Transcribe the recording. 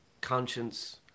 conscience